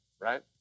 right